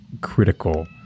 critical